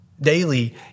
daily